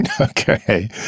Okay